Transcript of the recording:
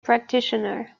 practitioner